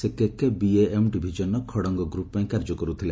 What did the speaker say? ସେ କେକେବିଏଏମ୍ ଡିଭିଜନର ଖଡ଼ଙଗ ଗ୍ରୁପ୍ ପାଇଁ କାର୍ଯ୍ୟ କରୁଥିଲା